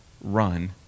run